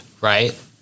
right